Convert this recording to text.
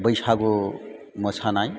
बैसागु मोसानाय